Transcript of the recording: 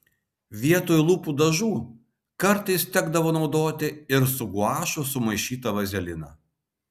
vietoj lūpų dažų kartais tekdavo naudoti ir su guašu sumaišytą vazeliną